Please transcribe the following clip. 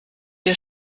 der